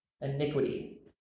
Iniquity